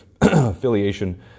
affiliation